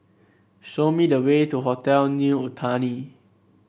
show me the way to Hotel New Otani